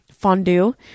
Fondue